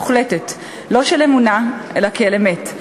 מוחלטת: לא של אמונה אלא כאל אמת.